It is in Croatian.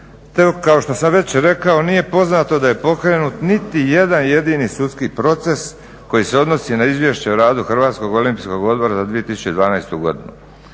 kao što sam već rekao nije poznato da je pokrenut niti jedan jedini sudski proces koji se odnosi na izvješće o radu Hrvatskog olimpijskog odbora za 2012. godinu